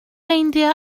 meindio